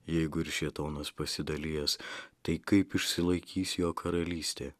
jeigu ir šėtonas pasidalijęs tai kaip išsilaikys jo karalystė